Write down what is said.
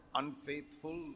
unfaithful